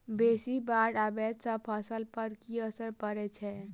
बेसी बाढ़ आबै सँ फसल पर की असर परै छै?